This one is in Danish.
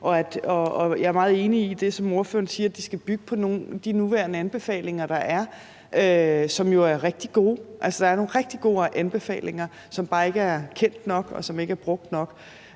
Jeg er meget enig i det, som ordføreren siger, nemlig at de skal bygge på de nuværende anbefalinger, som jo er rigtig gode. Altså, der er nogle rigtig gode anbefalinger, som bare ikke er kendt nok, og som ikke er brugt nok.